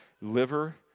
liver